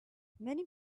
many